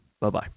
Bye-bye